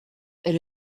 elle